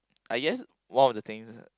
I guess one of the things